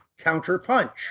counterpunch